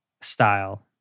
style